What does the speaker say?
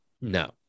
No